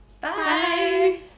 Bye